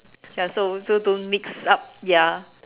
and so so don't mix up ya